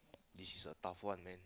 this is a tough one man